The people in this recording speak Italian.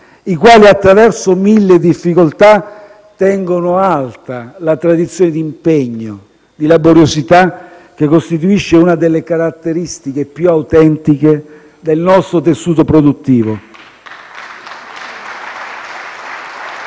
i quali, attraverso mille difficoltà, tengono alta la tradizione di impegno e di laboriosità che costituisce una delle caratteristiche più autentiche del nostro tessuto produttivo.